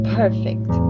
perfect